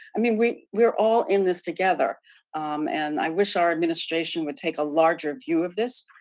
i mean we we're all in this together and i wish our administration would take a larger view of this.